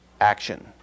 action